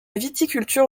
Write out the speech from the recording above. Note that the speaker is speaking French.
viticulture